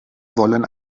wollen